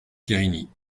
guerini